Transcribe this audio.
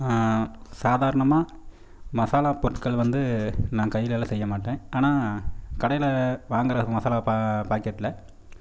சாதாரணமாக மசாலாப் பொருட்கள் வந்து நான் கையிலலாம் செய்யமாட்டேன் ஆனால் கடையில் வாங்குகிற மசாலா பா பாக்கெட்டில்